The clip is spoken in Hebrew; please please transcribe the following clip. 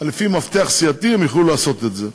לפי מפתח סיעתי, הם יוכלו לעשות את זה.